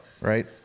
right